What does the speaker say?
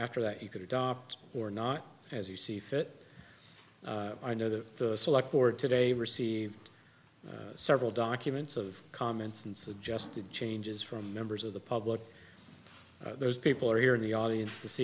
after that you could adopt or not as you see fit i know the select board today received several documents of comments and suggested changes for members of the public those people are here in the audience t